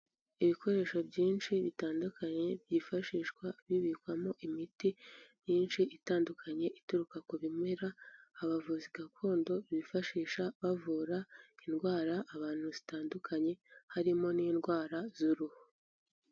Ibikoresho byinshi bitandukanye byifashishwa bibikwamo imiti myinshi itandukanye ituruka ku bimera, abavuzi gakondo bifashisha bavura indwara abantu zitandukanye, harimo n'indwara z'uruhu.